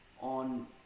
on